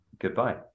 goodbye